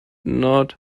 not